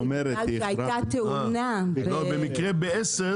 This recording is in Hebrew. השאלה היא: בגלל שתושבי הדרום נפגעים בצורה מאוד קשה,